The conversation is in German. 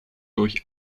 durch